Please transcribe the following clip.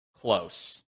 close